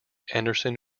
anderson